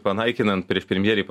panaikinant prieš premjerei